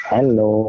Hello